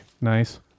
Nice